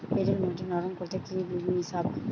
এঁটেল মাটি নরম করতে কি মিশাব?